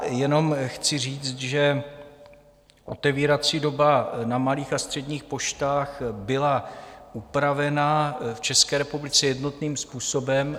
Jenom chci říct, že otevírací doba na malých a středních poštách byla upravena v České republice jednotným způsobem.